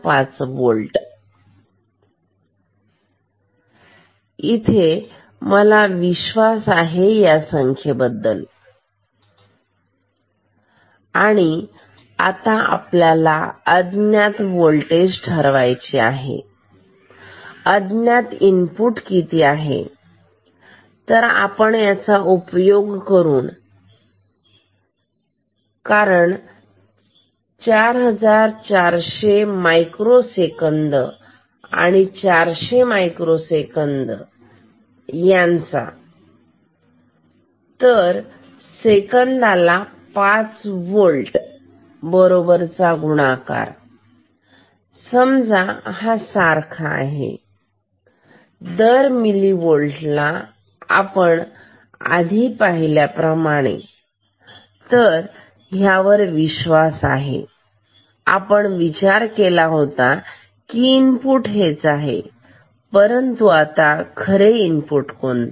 05 volt आहे माझा विश्वास आहे माझा या संख्येबद्दल विश्वास आहे आणि आता आपल्याला अज्ञात होल्ट ठरवायचे आहे अज्ञात इनपुट किती आहे तर आपण याचा उपयोग करून कारण 4400 मायक्रो सेकंद 400 मायक्रो सेकंद यांचा तर सेकंदाचा 5 वोल्ट बरोबर चा गुणाकार समजा हा सारखा आहे दर मिली होल्ट ला आपण आधी पाहिल्याप्रमाणे तर ह्यावरच विश्वास आहे आपण विचार केला होता ते इनपुट हेच आहे परंतु आता खरे इनपुट कोणते